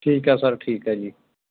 ਠੀਕ ਆ ਸਰ ਠੀਕ ਆ ਜੀ